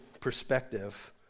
perspective